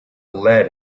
lead